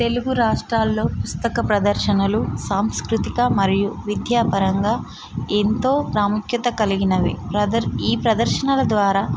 తెలుగు రాష్ట్రాలలో పుస్తక ప్రదర్శనలు సాంస్కృతిక మరియు విద్యాపరంగా ఎంతో ప్రాముఖ్యత కలిగినవి ప్రదర్ ఈ ప్రదర్శనల ద్వారా